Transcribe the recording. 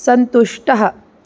सन्तुष्टः